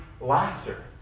laughter